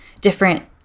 different